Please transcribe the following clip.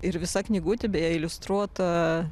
ir visa knygutė beje iliustruota